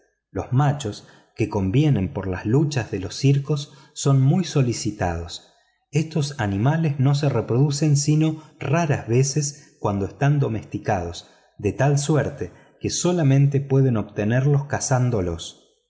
los machos que convienen para las luchas de los circos son muy solicitados estos animales no se reproducen sino raras veces cuando están domesticados de tal suerte que solamente pueden obtenerlos cazándolos por